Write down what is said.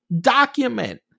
document